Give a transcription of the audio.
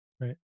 Right